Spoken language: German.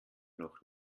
noch